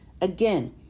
again